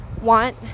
want